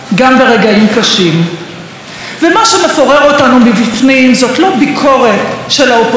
ומה שמפורר אותנו מבפנים זאת לא ביקורת של האופוזיציה על מדיניות של ממשלה